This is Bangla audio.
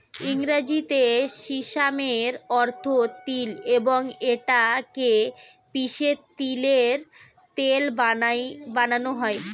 ইংরেজিতে সিসামের অর্থ তিল এবং এটা কে পিষে তিলের তেল বানানো হয়